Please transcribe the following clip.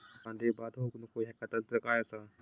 कांदो बाद होऊक नको ह्याका तंत्र काय असा?